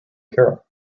carol